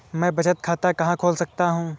मैं बचत खाता कहाँ खोल सकता हूँ?